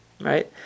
Right